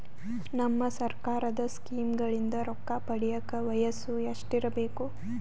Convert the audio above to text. ನಮ್ಮ ಸರ್ಕಾರದ ಸ್ಕೀಮ್ಗಳಿಂದ ರೊಕ್ಕ ಪಡಿಯಕ ವಯಸ್ಸು ಎಷ್ಟಿರಬೇಕು?